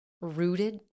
rooted